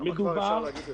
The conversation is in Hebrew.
כמה כבר אפשר להגיד את זה.